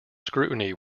scrutiny